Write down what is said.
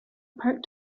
part